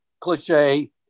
Cliche